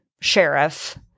sheriff